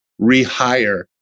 rehire